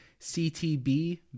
ctb